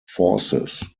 forces